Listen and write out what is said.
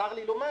וצר לי לומר,